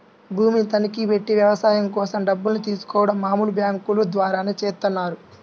భూమిని తనఖాబెట్టి వ్యవసాయం కోసం డబ్బుల్ని తీసుకోడం మామూలు బ్యేంకుల ద్వారానే చేత్తన్నారు